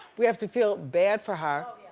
we have to feel bad for her.